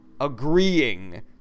agreeing